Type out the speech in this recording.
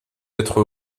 être